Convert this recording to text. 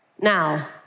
Now